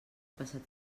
passat